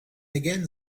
again